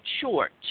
short